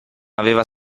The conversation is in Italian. aveva